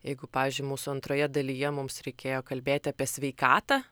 jeigu pavyzdžiui mūsų antroj dalyj mums reikėjo kalbėti apie sveikatą